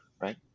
Right